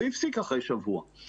זה הפסיק אחרי שבוע,